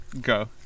go